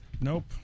Nope